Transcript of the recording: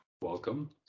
welcome